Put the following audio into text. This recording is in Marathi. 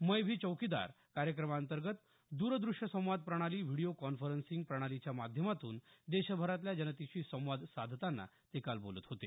मै भी चौकीदार कार्यक्रमांतर्गत दरदृश्य संवाद प्रणाली व्हिडीओ कॉन्फरसिंग प्रणालीच्या माध्यमातून देशभरातल्या जनतेशी संवाद साधतांना ते काल बोलत होते